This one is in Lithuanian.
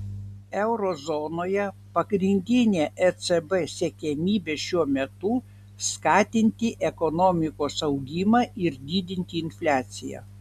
euro zonoje pagrindinė ecb siekiamybė šiuo metu skatinti ekonomikos augimą ir didinti infliaciją